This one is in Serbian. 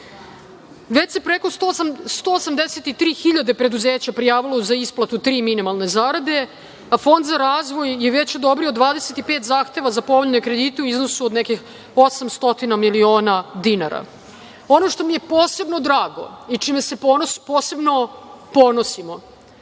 se preko 183 hiljade preduzeća prijavilo za isplatu tri minimalne zarade, a Fond za razvoj je već odobrio 25 zahteva za povoljne kredite u iznosu od nekih 800 miliona dinara. Ono što mi je posebno drago i čime se posebno ponosimo,